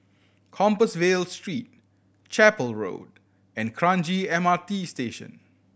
Compassvale Street Chapel Road and Kranji M R T Station